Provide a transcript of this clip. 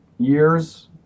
years